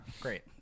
Great